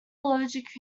allergic